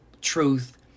truth